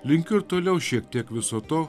linkiu ir toliau šiek tiek viso to